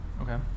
Okay